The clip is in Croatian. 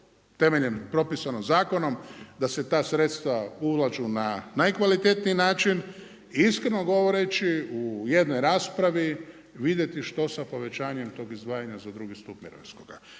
temeljem propisanog zakonom da se ta sredstva ulažu na najkvalitetniji način. Iskreno govoreći, u jednoj raspravi vidjeti što sa povećanjem tog izdvajanja za drugi stupanj mirovinskoga.